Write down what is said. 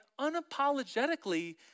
unapologetically